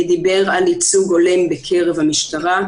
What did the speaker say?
דיבר על ייצוג הולם בקרב המשטרה.